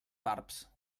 barbs